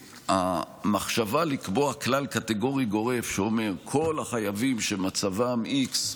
המחשבה לקבוע כלל קטגורי גורף שאומר שכל החייבים שמצבם x,